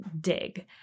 dig